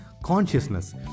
Consciousness